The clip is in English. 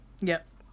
Yes